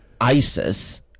ISIS